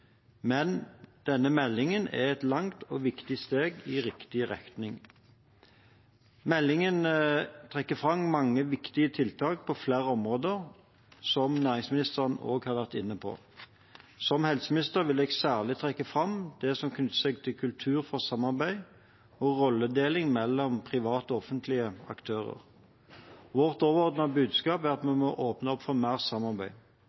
men denne meldingen er et langt og viktig steg i riktig retning. Meldingen trekker fram mange viktige tiltak på flere områder – som næringsministeren også har vært inne på. Som helseminister vil jeg særlig trekke fram det som er knyttet til kultur for samarbeid og rolledeling mellom private og offentlige aktører. Vårt overordnede budskap er at vi må åpne for mer samarbeid.